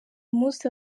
munsi